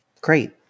great